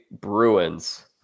Bruins